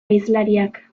hizlariak